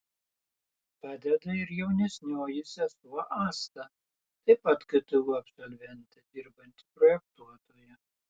padeda ir jaunesnioji sesuo asta taip pat ktu absolventė dirbanti projektuotoja